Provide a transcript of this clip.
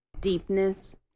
deepness